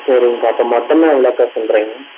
சரிங்க்கா இப்போ மொத்தமாக எவ்வளோக்கா சொல்லுறிங்க